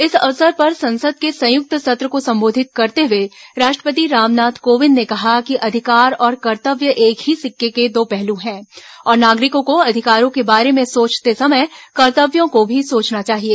इस अवसर पर संसद के संयुक्त सत्र को संबोधित करते हुए राष्ट्रपति रामनाथ कोविंद ने कहा कि अधिकार और कर्तव्य एक ही सिक्के के दो पहलू हैं और नागरिकों को अधिकारों के बारे में सोचते समय कर्तव्यों को भी सोचना चाहिए